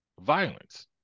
violence